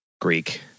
Greek